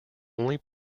only